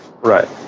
Right